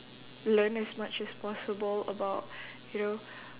learn as much as possible about you know